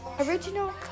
original